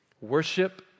Worship